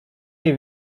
nie